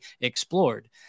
explored